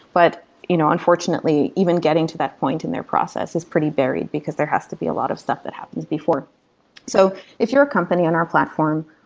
but you know unfortunately, even getting to that point in their process is pretty buried, because there has to be a lot of stuff that happens before so if you're a on our platform,